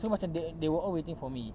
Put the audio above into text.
so macam they they were all waiting for me